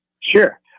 Sure